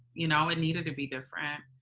you know, it needed to be different.